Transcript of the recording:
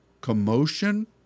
Commotion